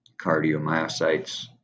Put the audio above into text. cardiomyocytes